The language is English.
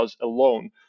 alone